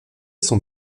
son